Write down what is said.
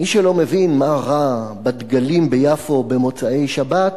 מי שלא מבין מה רע בדגלים ביפו במוצאי שבת,